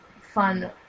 fun